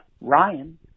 Ryan